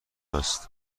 هست